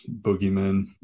boogeyman